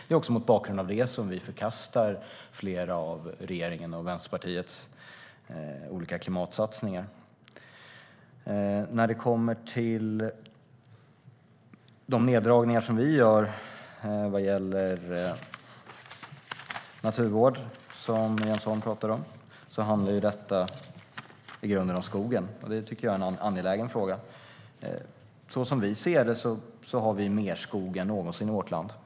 Det är mot bakgrund av detta som vi förkastar flera av regeringens och Vänsterpartiets olika klimatsatsningar. De neddragningar som vi gör på naturvård handlar i grunden om skogen. Det tycker jag är en angelägen fråga. Som vi ser finns det mer skog än någonsin i vårt land.